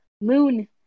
moon